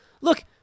look